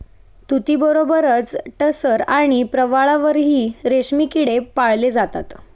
तुतीबरोबरच टसर आणि प्रवाळावरही रेशमी किडे पाळले जातात